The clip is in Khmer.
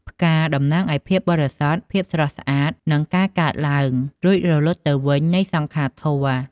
ផ្កា តំណាងឱ្យ ភាពបរិសុទ្ធ ភាពស្រស់ស្អាត និងការកើតឡើង រួចរលត់ទៅវិញនៃសង្ខារធម៌។